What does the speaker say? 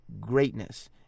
greatness